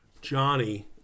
Johnny